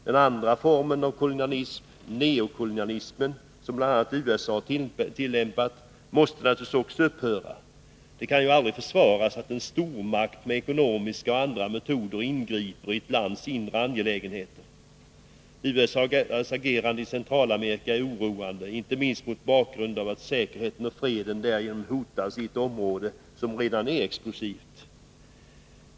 Den andra formen av kolonialism — neokolonialismen — som bl.a. USA tillämpar, måste naturligtvis också upphöra. Det kan aldrig försvaras att en stormakt med ekonomiska och andra metoder ingriper i ett annat lands inre angelägenheter. USA:s agerande i Centralamerika är oroande, inte minst mot bakgrund av att säkerheten och freden därigenom hotas i ett område som redan är explosivt.